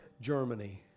Germany